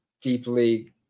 deeply